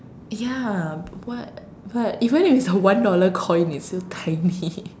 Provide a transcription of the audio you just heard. ya but but even if it's a one dollar coin it's still tiny